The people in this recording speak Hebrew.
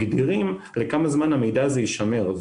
מגדירים לכמה זמן המידע הזה יישמר.